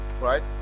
right